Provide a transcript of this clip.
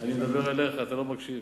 אני מדבר אליך, אתה לא מקשיב,